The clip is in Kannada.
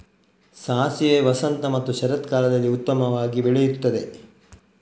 ಸಾಸಿವೆ ವಸಂತ ಮತ್ತು ಶರತ್ಕಾಲದಲ್ಲಿ ಉತ್ತಮವಾಗಿ ಬೆಳೆಯುತ್ತದೆ